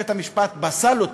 בית-המשפט פסל אותו.